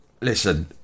listen